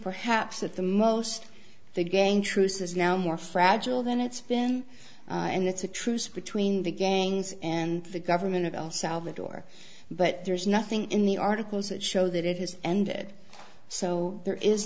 perhaps at the most they gain truce is now more fragile than it's been and that's a truce between the gangs and the government of el salvador but there's nothing in the articles that show that it has ended so there is